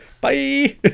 Bye